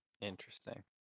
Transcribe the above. Interesting